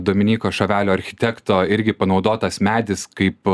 dominyko šavelio architekto irgi panaudotas medis kaip